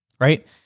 right